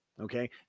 Okay